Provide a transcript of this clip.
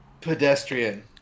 pedestrian